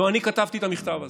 לא אני כתבתי את המכתב הזה,